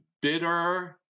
bitter